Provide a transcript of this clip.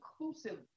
inclusive